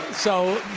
so